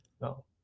No